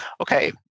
Okay